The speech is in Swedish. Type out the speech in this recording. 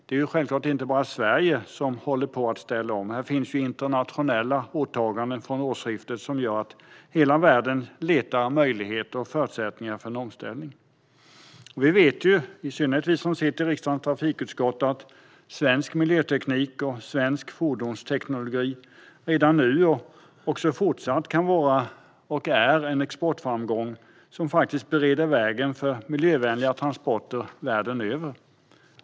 Det är ju självklart inte bara Sverige som håller på att ställa om, utan det finns internationella åtaganden från årsskiftet som gör att hela världen letar möjligheter och förutsättningar för en omställning. I synnerhet vi som sitter i riksdagens trafikutskott vet att svensk miljöteknik och fordonsteknologi redan nu är och också fortsatt kan vara en exportframgång som bereder vägen för miljövänliga transporter världen över.